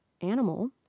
animal